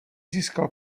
získal